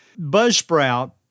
Buzzsprout